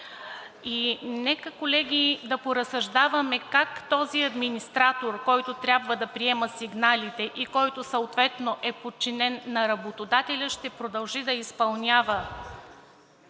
Нека, колеги, да поразсъждаваме как този администратор, който трябва да приема сигналите и който съответно е подчинен на работодателя, ще продължи да изпълнява